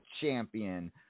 Champion